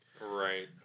Right